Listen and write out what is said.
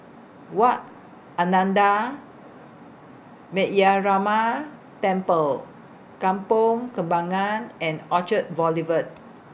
Wat Ananda Metyarama Temple Kampong Kembangan and Orchard Boulevard